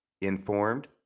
informed